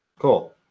cool